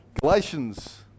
galatians